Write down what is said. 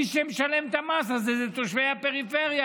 מי שמשלם את המס הזה זה תושבי הפריפריה,